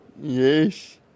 Yes